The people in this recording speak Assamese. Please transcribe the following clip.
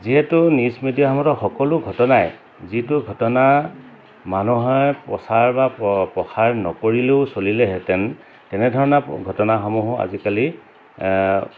যিহেতু নিউজ মিডিয়াসমূহত সকলো ঘটনাই যিটো ঘটনা মানুহে প্ৰচাৰ বা প প্ৰসাৰ নকৰিলেও চলিলেহেঁতেন তেনেধৰণৰ ঘটনাসমূহো আজিকালি